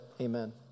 amen